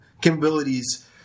capabilities